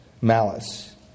malice